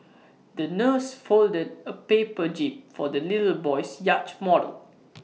the nurse folded A paper jib for the little boy's yacht model